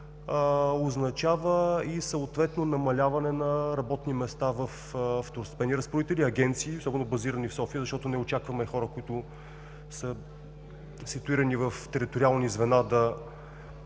означава и съответно намаляване на работни места във второстепенни разпоредители, агенции – особено базирани в София, защото не очакваме хора, които са ситуирани в териториални звена, да